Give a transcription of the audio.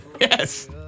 yes